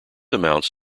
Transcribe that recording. amounts